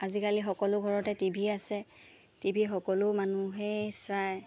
আজিকালি সকলো ঘৰতে টি ভি আছে টি ভি সকলো মানুহেই চায়